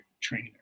trainer